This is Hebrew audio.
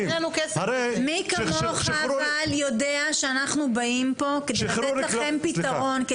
מי כמוך אבל יודע שאנחנו באים פה כדי לתת לכם פתרון,